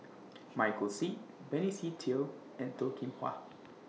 Michael Seet Benny Se Teo and Toh Kim Hwa